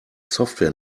software